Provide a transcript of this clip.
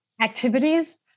activities